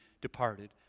departed